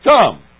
Come